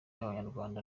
y’abanyarwanda